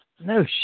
No